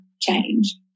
change